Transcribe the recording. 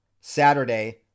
Saturday